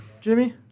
Jimmy